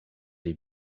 l’ai